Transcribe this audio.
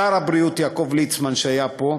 שר הבריאות יעקב ליצמן, שהיה פה,